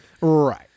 Right